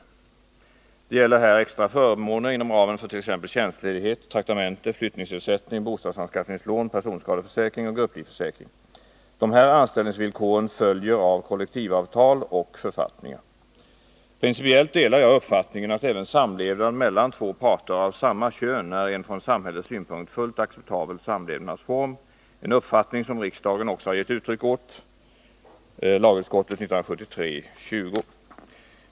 Det gäller här extra förmåner inom ramen för t.ex. tjänstledighet, traktamente, flyttningsersättning, bostadsanskaffningslån, personskadeförsäkring och grupplivförsäkring. De här anställningsvillkoren följer av kollektivavtal och författningar. Principiellt delar jag uppfattningen att även samlevnad mellan två parter av samma kön är en från samhällets synpunkt fullt acceptabel samlevnadsform — en uppfattning som riksdagen också har gett uttryck åt .